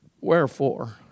Wherefore